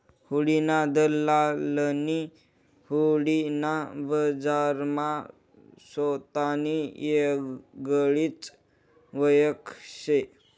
हुंडीना दलालनी हुंडी ना बजारमा सोतानी येगळीच वयख शे